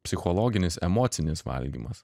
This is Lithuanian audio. psichologinis emocinis valgymas